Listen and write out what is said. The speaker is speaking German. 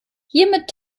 hiermit